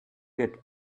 get